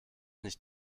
nicht